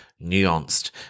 nuanced